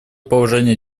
положение